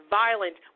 violent